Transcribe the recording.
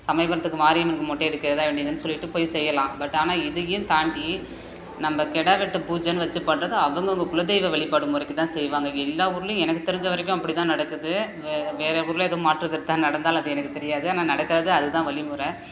சமயபுரத்துக்கு மாரியம்மனுக்கு மொட்டை அடிக்கிறதாக வேண்டி இருந்தேன்னு சொல்லிட்டு போய் செய்யலாம் பட் ஆனால் இதையும் தாண்டி நம்ம கிடா வெட்டு பூஜைன்னு வச்சு பண்ணுறது அவங்க அவங்க குலதெய்வம் வழிப்பாடு முறைக்கு தான் செய்வாங்க எல்லா ஊர்லேயும் எனக்கு தெரிஞ்ச வரைக்கும் அப்படி தான் நடக்குது வேறு வேறு ஊரில் எதுவும் மாற்றுக்கருத்தாக நடந்தால் அது எனக்கு தெரியாது ஆனால் நடக்காது அது தான் வழிமுற